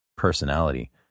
personality